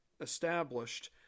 established